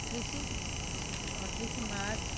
ଅଠେଇଶ ଅଠେଇଶ ମାର୍ଚ୍ଚ